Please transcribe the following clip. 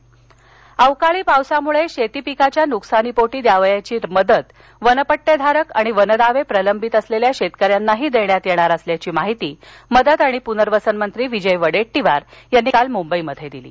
वनजमीन धारक अवकाळी पावसामुळे शेती पिकाच्या नुकसानीपोटी द्यावयाची मदत वनपट्टेधारक आणि वनदावे प्रलंबित असलेल्या शेतकऱ्यांनाही देण्यात येणार असल्याची माहिती मदत आणि पुनर्वसनमंत्री विजय वडेट्टीवार यांनी काल मुंबईत दिली